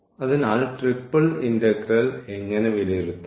അതിനാൽ triple integral എങ്ങനെ വിലയിരുത്താം